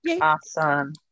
Awesome